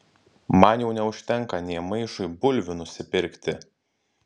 man jau neužtenka nė maišui bulvių nusipirkti